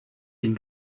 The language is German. den